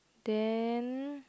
then